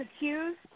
accused